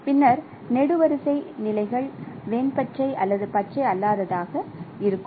பின்னர் நெடுவரிசை நிலைகள் வேன் பச்சை அல்லது பச்சை அல்லாததாக இருக்கும்